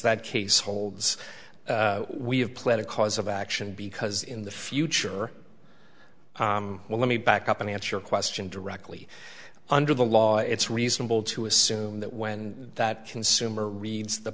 that case holds we have played a cause of action because in the future well let me back up and answer your question directly under the law it's reasonable to assume that when that consumer reads the